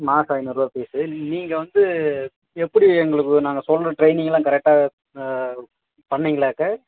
மாசோம் ஐநூறுரூவா ஃபீஸு நீ நீங்கள் வந்து எப்படி எங்களுக்கு நாங்கள் சொல்கிற ட்ரைனிங்லாம் கரெக்டாக பண்ணிங்களாக்க